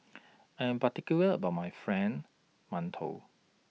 I Am particular about My Friend mantou